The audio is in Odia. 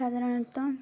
ସାଧାରଣତଃ